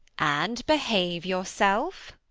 and behave yourself.